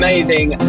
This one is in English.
Amazing